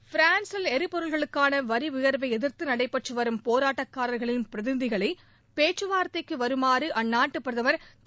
ஃபிரான்சில் எரிபொருளுக்கான வரி உபர்வை எதிர்த்து நடைபெற்று வரும் போராட்டக்காரர்களின் பிரதிநிதிகளை பேச்சவார்தைக்கு வருமாறு அந்நாட்டு பிரதமர் திரு